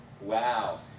Wow